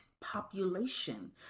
population